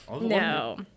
no